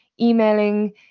emailing